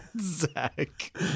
Zach